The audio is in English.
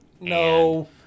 No